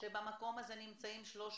אבל עדיף על פני הכרעות משפטיות שיהיה דיון